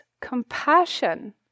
compassion